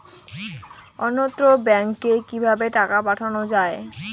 অন্যত্র ব্যংকে কিভাবে টাকা পাঠানো য়ায়?